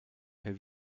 have